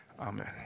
Amen